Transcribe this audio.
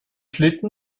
schlitten